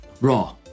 raw